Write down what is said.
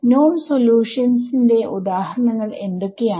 non solutions ന്റെ ഉദാഹരണങ്ങൾ എന്തൊക്കെയാണ്